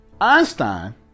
Einstein